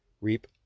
reap